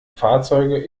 fahrzeuge